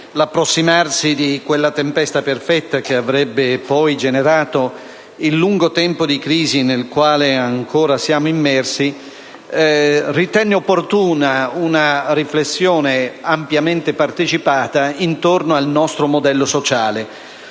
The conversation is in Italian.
l'approssimarsi di quella tempesta perfetta che avrebbe poi generato il lungo tempo di crisi in cui ancora siamo immersi, ritenne opportuna una riflessione ampiamente partecipata intorno al nostro modello sociale.